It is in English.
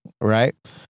right